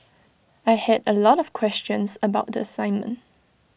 I had A lot of questions about the assignment